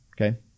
okay